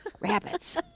Rabbits